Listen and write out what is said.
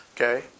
Okay